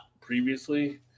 previously